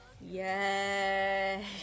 Yay